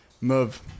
Move